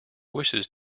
wishes